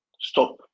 Stop